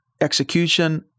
execution